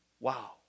Wow